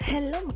Hello